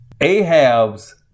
Ahab's